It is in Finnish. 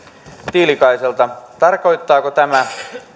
tiilikaiselta tarkoittaako tämä